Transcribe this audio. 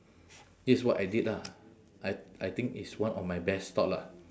this is what I did lah I I think it's one of my best thought lah